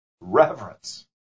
reverence